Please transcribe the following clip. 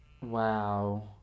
Wow